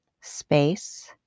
space